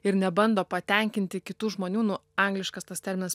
ir nebando patenkinti kitų žmonių nu angliškas tas terminas